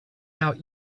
out